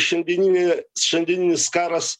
šiandieninė šiandieninis karas